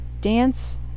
Dance